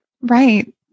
Right